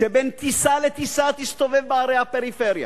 שבין טיסה לטיסה תסתובב בערי הפריפריה,